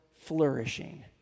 flourishing